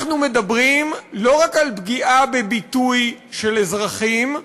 אנחנו מדברים לא רק על פגיעה בביטוי של אזרחים,